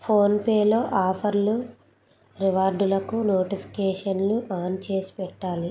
ఫోన్పేలో ఆఫర్లు రివార్డులకు నోటిఫికేషన్లు ఆన్ చేసి పెట్టాలి